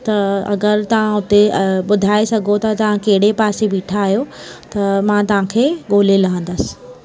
त अगरि तव्हां हुते अ ॿुधाए सघो त तव्हां कहिड़े पासे बीठा आयो त मां तव्हांखे ॻोल्हे लहंदसि